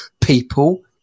People